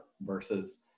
versus